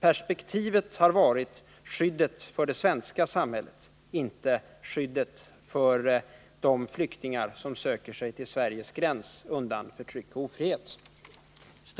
Perspektivet har varit skyddet för det svenska samhället och inte skyddet för de flyktingar som söker sig till Sveriges gräns undan förtryck och ofrihet.